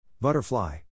Butterfly